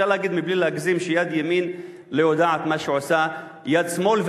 אפשר להגיד בלי להגזים שיד ימין לא יודעת מה שעושה יד שמאל,